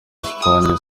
esipanye